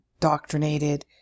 doctrinated